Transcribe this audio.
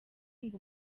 ngo